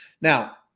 Now